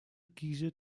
kiezen